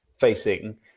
facing